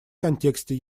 контексте